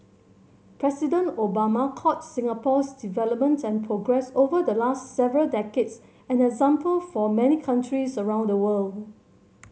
President Obama called Singapore's development and progress over the last several decades an example for many countries around the world